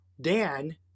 Dan